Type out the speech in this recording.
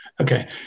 Okay